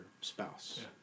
spouse